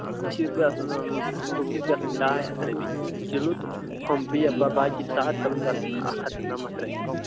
cookies گژھن cookies گژھن ڈاے ہتھ رۄپیہِ کِلو تہٕ ہُم یِم پتہِ باقٕے سادِ تِم گژھن اَکھ ہتھ تہٕ نمتھ رۄپیہِ